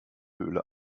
höhle